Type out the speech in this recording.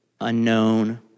unknown